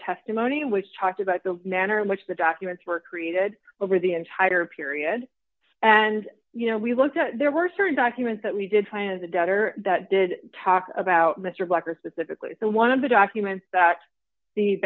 testimony which talked about the manner in which the documents were created over the entire period and you know we looked at there were certain documents that we did find as a debtor that did talk about mr blecher specifically and one of the documents that